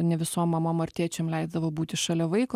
ne visom mamom ar tėčiam leisdavo būti šalia vaiko